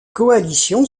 coalition